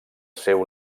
seu